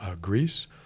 Greece